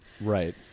Right